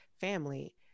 family